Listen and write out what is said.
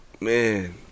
man